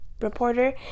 reporter